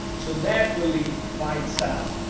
so that will lead, by itself,